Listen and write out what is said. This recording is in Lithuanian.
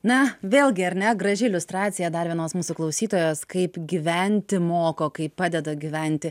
na vėlgi ar ne graži iliustracija dar vienos mūsų klausytojos kaip gyventi moko kaip padeda gyventi